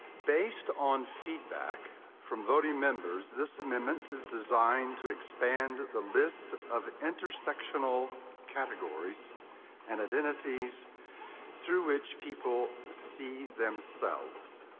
based on feedback from voting members, this amendment is designed to expand the list of intersectional categories and identities through which people see themselves.